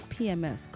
PMS